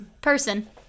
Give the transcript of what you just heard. person